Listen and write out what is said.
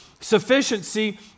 sufficiency